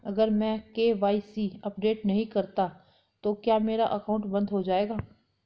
अगर मैं KYC update नहीं करता तो क्या मेरा अकाउंट बंद हो जाएगा?